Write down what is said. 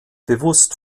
bewusst